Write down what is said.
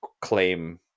claim